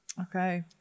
Okay